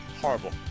horrible